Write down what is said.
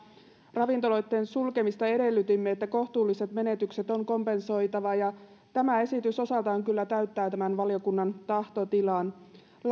ravintoloitten sulkemista edellytimme että kohtuulliset menetykset on kompensoitava ja tämä esitys osaltaan kyllä täyttää tämän valiokunnan tahtotilan